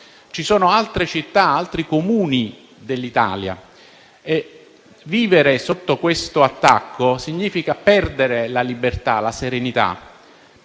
anche altre città ed altri Comuni d'Italia. Vivere sotto questo attacco significa perdere la libertà e la serenità.